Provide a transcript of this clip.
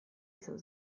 izan